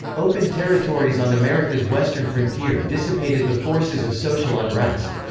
open territories on america's western frontier dissipated the forces of social unrest.